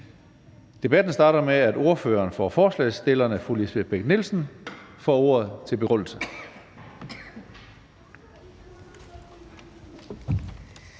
Debatten starter med, at ordføreren for forslagsstillerne, fru Lisbeth Bech-Nielsen, får ordet til begrundelse.